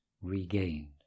regained